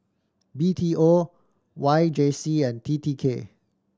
B T O Y J C and T T K